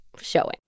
showing